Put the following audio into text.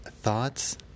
Thoughts